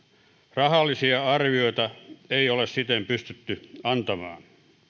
rahallisia arvioita ei ole siten pystytty antamaan